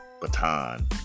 baton